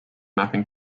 mapping